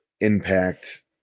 impact